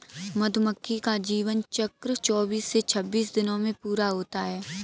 मधुमक्खी का जीवन चक्र चौबीस से छब्बीस दिनों में पूरा होता है